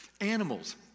Animals